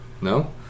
No